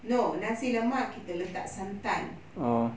no nasi lemak kita letak santan